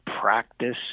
practice